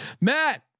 Matt